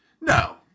no